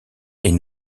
est